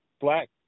black